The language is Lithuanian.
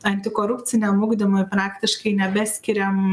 antikorupciniam ugdymui praktiškai nebeskiriam